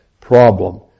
problem